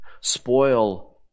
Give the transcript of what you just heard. spoil